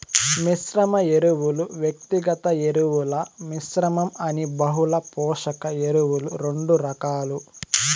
మిశ్రమ ఎరువులు, వ్యక్తిగత ఎరువుల మిశ్రమం అని బహుళ పోషక ఎరువులు రెండు రకాలు